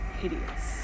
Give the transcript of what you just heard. hideous